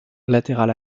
latérales